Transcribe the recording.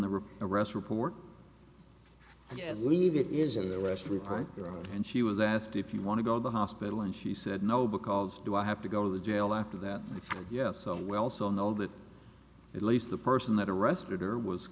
the rest report leave it is in the west loop right and she was asked if you want to go to the hospital and she said no because do i have to go to the jail after that yes so well so know that at least the person that arrested her was